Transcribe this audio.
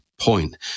point